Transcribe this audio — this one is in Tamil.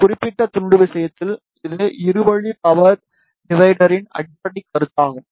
இந்த குறிப்பிட்ட துண்டு விஷயத்தில் இது இரு வழி பவர் டிவிடெர்யின் அடிப்படைக் கருத்தாகும்